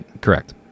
Correct